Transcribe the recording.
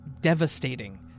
devastating